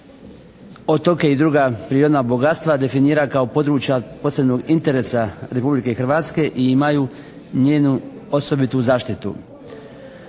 otoke i druga prirodna bogatstva definira kao područja od posebnog interesa Republike Hrvatske i imaju njenu osobitu zaštitu.